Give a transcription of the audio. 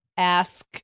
ask